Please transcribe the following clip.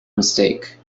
mistake